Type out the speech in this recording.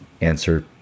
answer